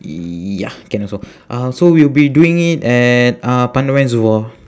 ya can also uh so we'll be doing it at uh pandan reservoir